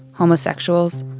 homosexuals,